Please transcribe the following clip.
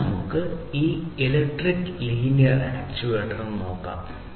ഇനി നമുക്ക് ഈ ഇലക്ട്രിക് ലീനിയർ ആക്യുവേറ്റർ നോക്കാം